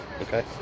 Okay